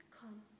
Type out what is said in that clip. come